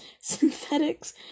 Synthetics